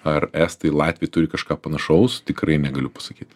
ar estai latviai turi kažką panašaus tikrai negaliu pasakyt